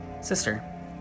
sister